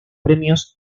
premios